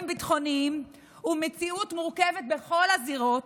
ביטחוניים ומציאות מורכבת בכל הזירות